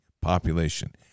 population